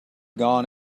gone